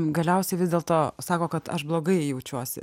galiausiai vis dėlto sako kad aš blogai jaučiuosi